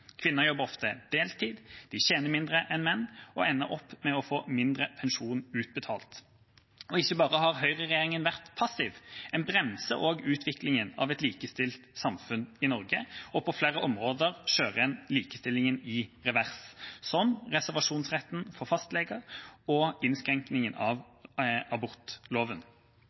Kvinner jobber ofte deltid, de tjener mindre enn menn og ender opp med å få mindre pensjon utbetalt. Ikke bare har høyreregjeringa vært passiv, en bremser også utviklingen av et likestilt samfunn i Norge, og på flere områder kjører en likestillingen i revers, som reservasjonsretten for fastleger og innskrenkingen av abortloven.